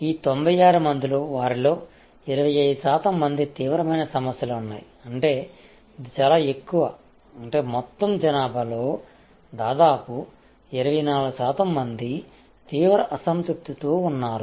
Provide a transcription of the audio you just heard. ఈ 96 మందిలో వారిలో 25 శాతం మందికి తీవ్రమైన సమస్యలు ఉన్నాయి అంటే ఇది చాలా ఎక్కువ అంటే మొత్తం జనాభాలో దాదాపు 24 శాతం మంది తీవ్ర అసంతృప్తితో ఉన్నారు